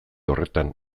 horretan